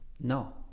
No